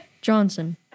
Johnson